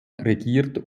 regiert